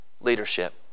leadership